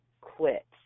quit